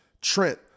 Trent